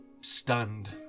stunned